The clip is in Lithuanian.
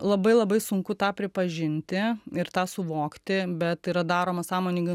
labai labai sunku tą pripažinti ir tą suvokti bet yra daroma sąmoningai